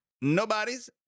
Nobody's